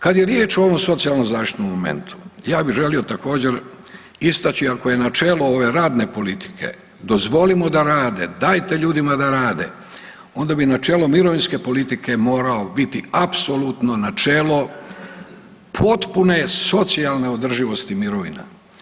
Kad je riječ o ovom socijalno zaštitnom momentu ja bi želio također istači ako je načelo ove radne politike dozvolimo da rade, dajte ljudima da rade, onda bi načelo mirovinske politike morao biti apsolutno načelo potpune socijalne održivosti mirovina.